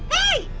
hey!